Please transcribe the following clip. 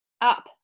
up